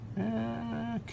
Okay